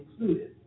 included